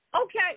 Okay